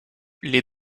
les